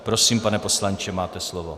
Prosím, pane poslanče, máte slovo.